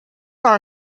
our